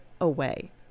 away